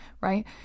right